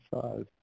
size